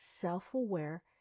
self-aware